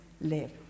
live